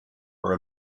are